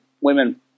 women